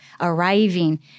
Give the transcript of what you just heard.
arriving